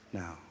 now